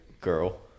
Girl